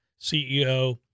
CEO